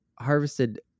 harvested